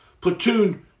Platoon